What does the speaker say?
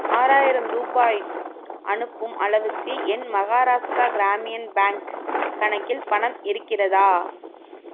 ஆறாயிரம் ரூபாய் அனுப்பும் அளவுக்கு என் மஹாராஷ்டிரா கிராமியன் பேங்க் கணக்கில் பணம் இருக்கிறதா